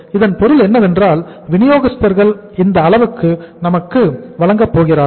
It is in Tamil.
இதன் பொருள் என்னவென்றால் வினியோகஸ்தர்கள் இந்த அளவுக்கு நமக்கு வழங்கப் போகிறார்கள்